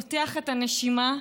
פותח את הנשימה,